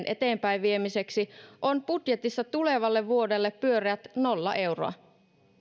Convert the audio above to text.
eteenpäinviemiseksi on budjetissa tulevalle vuodelle pyöreät nolla euroa